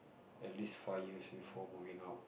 at least five years before moving out